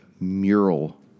mural